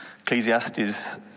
Ecclesiastes